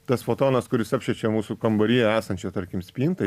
tas fotonas kuris apšviečia mūsų kambaryje esančią tarkim spintą